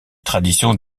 tradition